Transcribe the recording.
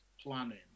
planning